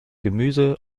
gemüse